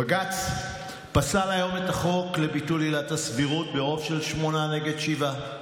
בג"ץ פסל היום את החוק לביטול עילת הסבירות ברוב של שמונה נגד שבעה.